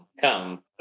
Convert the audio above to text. come